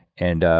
and